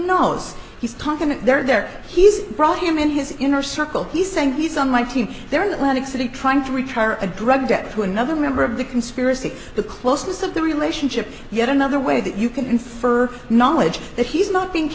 knows he's talking to there he's brought him in his inner circle he's saying he's on my team there in atlantic city trying to retire a drug debt to another member of the conspiracy the closeness of the relationship yet another way that you can infer knowledge that he's not being